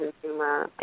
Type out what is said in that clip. consumer